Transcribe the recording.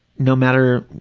no matter